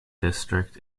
district